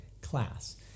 class